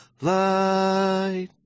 light